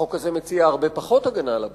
החוק הזה מציע הרבה פחות הגנה על הבריאות.